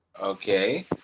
Okay